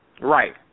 Right